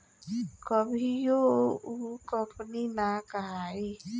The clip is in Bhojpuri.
कभियो उ कंपनी ना कहाई